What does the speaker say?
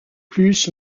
plus